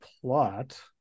plot